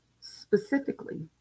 specifically